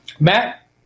Matt